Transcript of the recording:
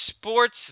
sports